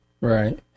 right